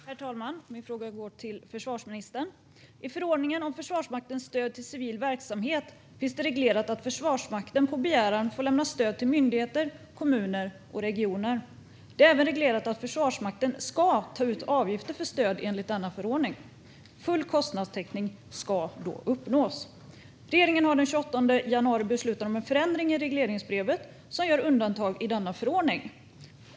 Herr talman! Min fråga går till försvarsministern. I förordningen om Försvarsmaktens stöd till civil verksamhet finns reglerat att Försvarsmakten på begäran får lämna stöd till myndigheter, kommuner och regioner. Det är även reglerat att Försvarsmakten ska ta ut avgifter för stöd enligt denna förordning. Full kostnadstäckning ska då uppnås. Regeringen har den 28 januari beslutat om en förändring i regleringsbrevet som gör undantag i denna förordning.